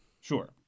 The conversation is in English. Sure